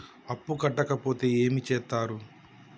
అప్పు కట్టకపోతే ఏమి చేత్తరు?